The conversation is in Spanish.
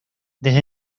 desde